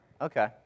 Okay